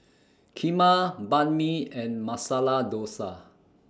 Kheema Banh MI and Masala Dosa